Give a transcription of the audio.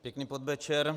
Pěkný podvečer.